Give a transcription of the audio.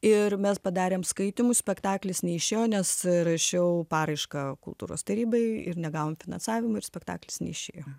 ir mes padarėm skaitymus spektaklis neišėjo nes rašiau paraišką kultūros tarybai ir negavom finansavimo ir spektaklis neišėjo